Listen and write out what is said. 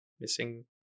missing